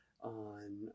on